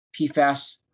PFAS